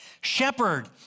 shepherd